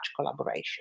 collaboration